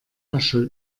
asche